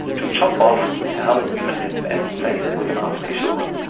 to chop off a healthy human limb and replace it with an artificial one.